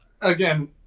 again